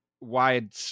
wide